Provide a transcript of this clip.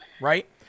right